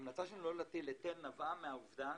ההמלצה שלנו לא להטיל היטל נבעה מהעובדה